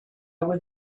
was